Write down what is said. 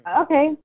Okay